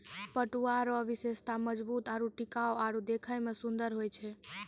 पटुआ रो विशेषता मजबूत आरू टिकाउ आरु देखै मे सुन्दर होय छै